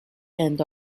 and